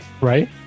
Right